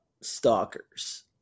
stalkers